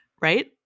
Right